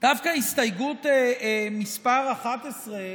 דווקא הסתייגות מס' 11,